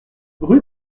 rue